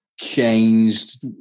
changed